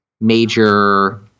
major